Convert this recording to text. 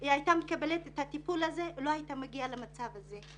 היא הייתה מקבלת את הטיפול הזה ולא הייתה מגיעה למצב אליו הגיעה.